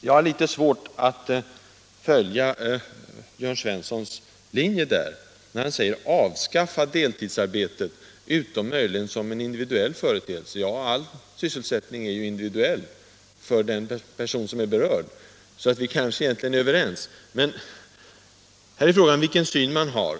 Jag har litet svårt att följa Jörn Svenssons resonemang när han säger: Avskaffa deltidsarbetet utom möjligen som en individuell företeelse. Ja, men all sysselsättning är ju individuell för den person det gäller. Egentligen är vi kanske överens. Men här är det fråga om vilken syn man har.